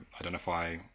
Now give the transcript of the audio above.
identify